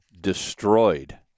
destroyed